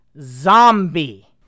zombie